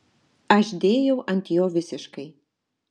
aš dėjau ant jo visiškai